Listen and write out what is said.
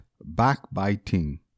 Backbiting